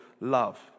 love